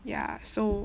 ya so